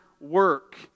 work